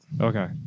okay